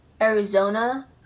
Arizona